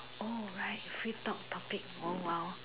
oh right free talk topic oh !wow!